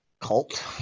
cult